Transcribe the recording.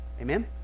Amen